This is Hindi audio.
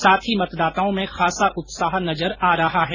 साथ ही मतदाताओं में खासा उत्साह नजर आ रहा है